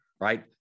right